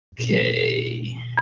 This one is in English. Okay